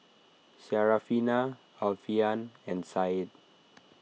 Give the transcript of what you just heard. Syarafina Alfian and Said